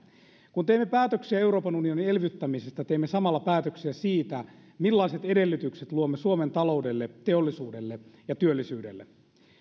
kun teemme päätöksiä euroopan unionin elvyttämisestä teemme samalla päätöksiä siitä millaiset edellytykset luomme suomen taloudelle teollisuudelle ja työllisyydelle